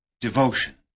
devotion